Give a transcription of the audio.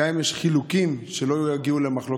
גם אם יש חילוקים, שלא יגיעו למחלוקות,